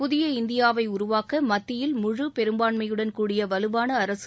புதிய இந்தியாவை உருவாக்க மத்தியில் முழு பெரும்பான்மையுடன் கூடிய வலுவான அரசு